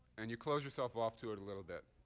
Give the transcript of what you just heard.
and you close yourself off to it a little bit.